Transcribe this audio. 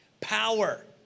power